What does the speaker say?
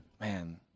Man